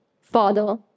Father